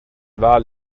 wal